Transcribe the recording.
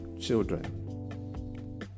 children